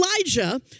Elijah